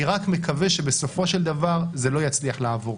אני רק מקווה שבסופו של דבר זה לא יצליח לעבור,